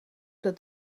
dat